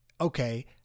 Okay